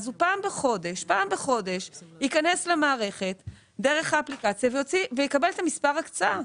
הוא פעם בחודש ייכנס למערכת דרך האפליקציה ויקבל את מספר ההקצאה.